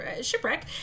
shipwreck